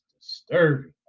disturbing